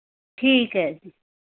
ਠੀਕ ਹੈ ਜੀ